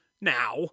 now